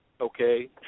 Okay